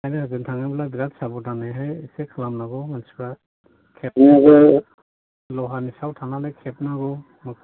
ओंखायनो ओजों थांङोब्ला बिराद साब'धानैहायसो खालामनांगौ मानसिफ्रा खेबनायावबो लहानि सायाव थांनानै खेबनांगौ